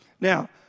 Now